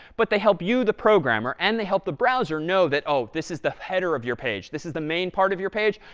but they help you, the programmer, and they help the browser know that, oh, this is the header of your page. this is the main part of your page.